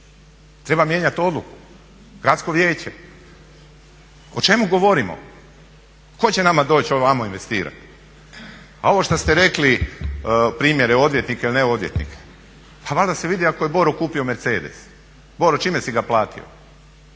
Treba mijenjat odluku Gradsko vijeće. O čemu govorimo? Tko će nama doći ovamo investirati? A ovo što ste rekli primjere odvjetnika ili ne odvjetnika. Pa valjda se vidi ako je Boro kupio Mercedes. Boro čime si ga platio?